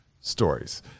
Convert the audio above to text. stories